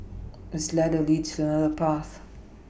this ladder leads to a path